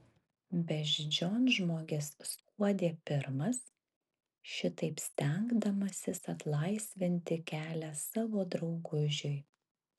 beždžionžmogis skuodė pirmas šitaip stengdamasis atlaisvinti kelią savo draugužiui